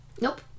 Nope